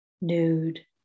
Nude